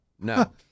No